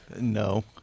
No